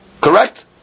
Correct